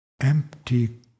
empty